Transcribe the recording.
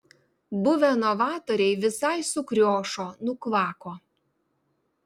buvę novatoriai visai sukriošo nukvako